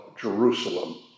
Jerusalem